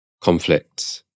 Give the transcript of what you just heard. conflicts